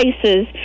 places